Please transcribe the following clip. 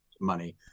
money